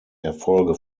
erfolge